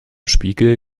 spiegel